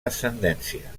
descendència